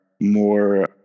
more